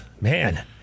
Man